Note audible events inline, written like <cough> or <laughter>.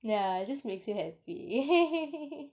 yeah it just makes you happy <laughs>